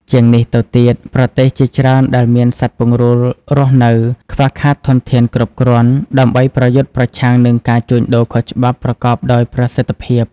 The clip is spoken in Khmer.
ជាងនេះទៅទៀត ប្រទេសជាច្រើនដែលមានសត្វពង្រូលរស់នៅ ខ្វះខាតធនធានគ្រប់គ្រាន់ ដើម្បីប្រយុទ្ធប្រឆាំងនឹងការជួញដូរខុសច្បាប់ប្រកបដោយប្រសិទ្ធភាព។